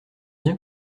bien